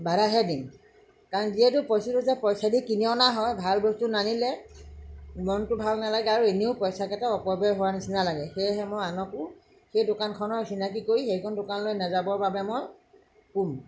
বাধাহে দিম কাৰণ যিহেতু বস্তুটো পইচা দি কিনি অনা হয় ভাল বস্তু নানিলে মনটো ভাল নালাগে আৰু এনেও পইচাকেইটা অপব্যয় হোৱাৰ নিচিনা লাগে সেয়েহে মই আনকো সেই দোকানখনৰ চিনাকী কৰি সেইখন দোকানলৈ নাযাবৰ বাবে মই ক'ম